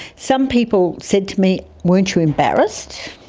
some people said to me, weren't you embarrassed?